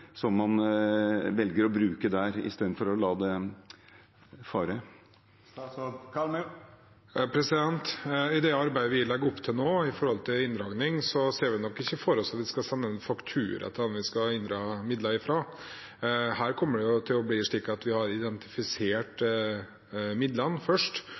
som man velger å bruke i stedet for å la det fare. I det arbeidet vi nå legger opp til når det gjelder inndragning, ser vi nok ikke for oss at vi skal sende en faktura til dem vi skal inndra midler fra. Her kommer det til å bli slik at vi har identifisert midlene først,